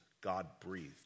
God-breathed